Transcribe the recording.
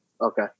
Okay